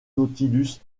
nautilus